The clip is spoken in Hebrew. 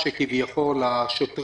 שנייה, אבל זה לא קשור לבדיקות.